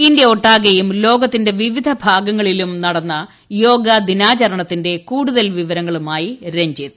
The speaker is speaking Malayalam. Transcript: ഇന്തൃ ഒട്ടാകെയും ലോകത്തിന്റെ വിവിധ ഭാഗങ്ങളിലും നടന്ന യോഗാദിനാചാരണത്തിന്റെ കൂടുതൽ വിവരങ്ങളുമായി രഞ്ജിത്ത്